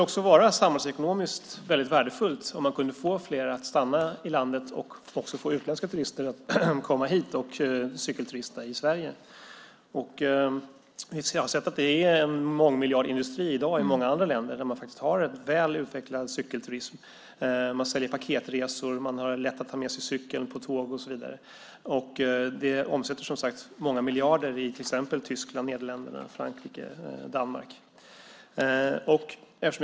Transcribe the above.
Också samhällsekonomiskt skulle det vara väldigt värdefullt om man kunde få fler att stanna i landet och om man också kunde få utländska turister att komma hit för att cykelturista här i Sverige. Jag har sett att cyklingen är en mångmiljardindustri i många länder där man har en väl utvecklad cykelturism. Man säljer paketresor. Det är lätt att ta med sig cykeln på tåget och så vidare. Många miljarder kronor omsätts till exempel i Tyskland, Nederländerna, Frankrike och Danmark.